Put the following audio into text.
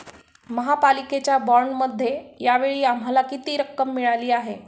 महापालिकेच्या बाँडमध्ये या वेळी आम्हाला किती रक्कम मिळाली आहे?